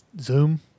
Zoom